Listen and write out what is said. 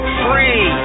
free